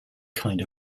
kind